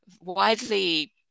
widely